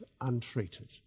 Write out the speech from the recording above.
untreated